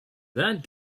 that